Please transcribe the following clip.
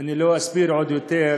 אני לא אסביר עוד יותר,